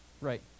Right